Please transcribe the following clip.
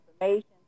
information